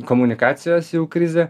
komunikacijos jau krizė